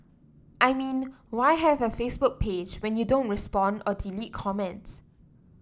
I mean why have a Facebook page when you don't respond or delete comments